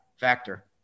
factor